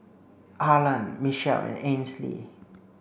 Harland Michele and Ainsley